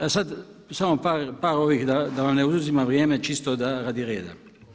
Sada samo par ovih da vam ne oduzimam vrijeme, čisto radi reda.